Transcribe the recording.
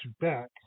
back